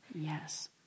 Yes